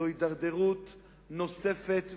זו הידרדרות נוספת,